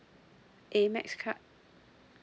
A mex card